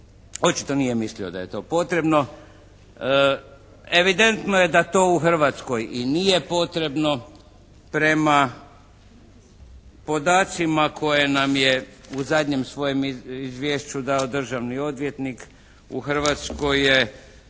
očito nije mislio da je to potrebno. Evidentno je da to u Hrvatskoj i nije potrebno. Prema podacima koje nam je u zadnjem svojem izvješću dao državni odvjetnik u Hrvatskoj je